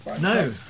No